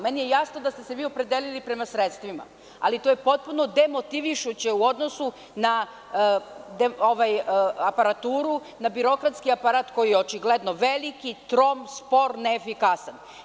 Meni je jasno da ste se vi opredelili prema sredstvima, ali to je potpuno demotivišuće u odnosu na aparaturu, na birokratski aparat koji je očigledno veliki, trom, spor, ne efikasan.